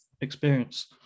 experience